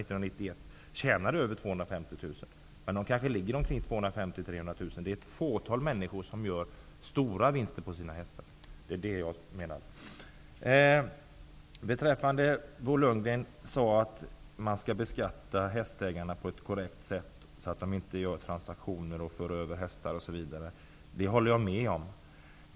Inkomsterna för dessa hästägare ligger kanske mellan 250 000 och 300 000 kronor. Det är emellertid få människor som gör stora vinster på sina hästar. Bo Lundgren sade att vi måste ha ett skattesystem som inte gör det möjligt att genom olika transaktioner dra sig undan skatten. Det håller jag med om.